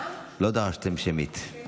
אנחנו